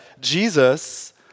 Jesus